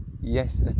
yes